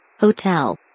Hotel